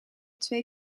twee